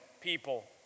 people